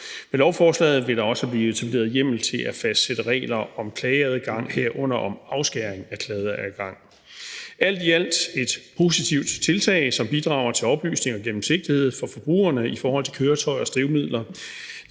Med lovforslaget vil der også blive etableret hjemmel til at fastsætte regler om klageadgang, herunder om afskæring af klageadgang. Alt i alt er det et positivt tiltag, som bidrager til oplysning og gennemsigtighed for forbrugerne i forhold til køretøjers drivmidler.